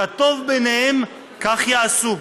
כטוב בעיניהם כך יעשו.